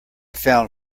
found